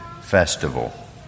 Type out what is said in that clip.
festival